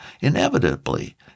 inevitably